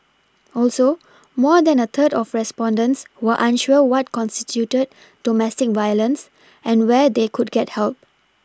also more than a third of respondents were unsure what constituted domestic violence and where they could get help